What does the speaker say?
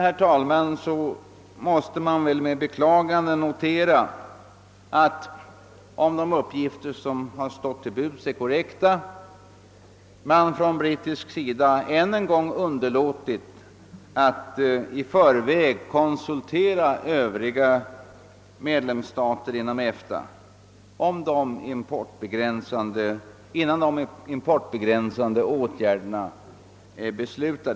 Slutligen konstaterar jag med beklagande, att om de uppgifter vi fått är korrekta har man på den brittiska sidan än en gång underlåtit att konsultera övriga medlemsstater inom EFTA innan de importbegränsande åtgärderna beslöts.